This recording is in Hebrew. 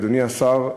אדוני השר,